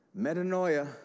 Metanoia